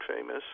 famous